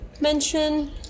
mention